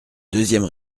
deuxième